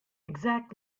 exact